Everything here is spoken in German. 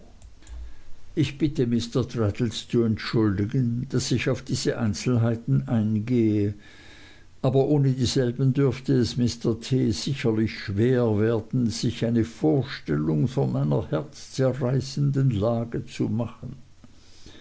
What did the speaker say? ich bitte mr traddles zu entschuldigen daß ich auf diese einzelheiten eingehe aber ohne dieselben dürfte es mr t sicherlich schwer werden sich eine vorstellung von meiner herzzerreißenden lage zu machen